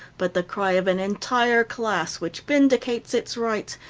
but the cry of an entire class which vindicates its rights,